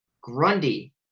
Grundy